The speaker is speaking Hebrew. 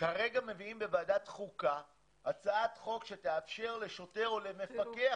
כרגע מביאים בוועדת החוקה הצעת חוק שתאפשר לשוטר או למפקח